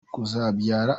kuzabyara